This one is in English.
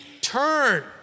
turn